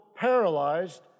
paralyzed